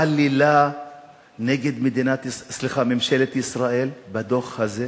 עלילה נגד מדינת, סליחה, ממשלת ישראל בדוח הזה?